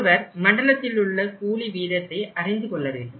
ஒருவர் மண்டலத்திலுள்ள கூலி வீதத்தை அறிந்து கொள்ள வேண்டும்